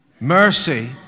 Mercy